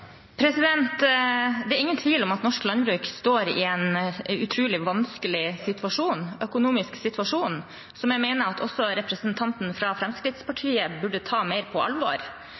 Det er ingen tvil om at norsk landbruk står i en utrolig vanskelig økonomisk situasjon, som jeg mener at også representanten fra Fremskrittspartiet burde ta mer på alvor.